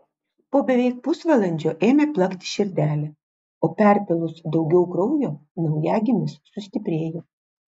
po beveik pusvalandžio ėmė plakti širdelė o perpylus daugiau kraujo naujagimis sustiprėjo